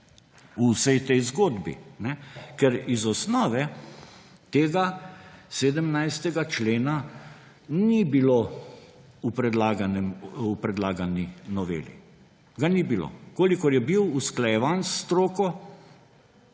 v vsej tej zgodbi. Ker v osnovi tega 17. člena ni bilo v predlagani noveli, ga ni bilo, kolikor je bil usklajevan s stroko.